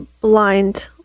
blind